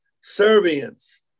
Serbians